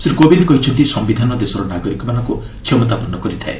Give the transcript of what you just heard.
ଶ୍ରୀ କୋବିନ୍ଦ୍ କହିଛନ୍ତି ସମ୍ଭିଧାନ ଦେଶର ନାଗରିକମାନଙ୍କୁ କ୍ଷମତାପନ୍ନ କରିଥାଏ